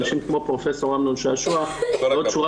אנשים כמו פרופ' אמנון שעשוע ועוד שורה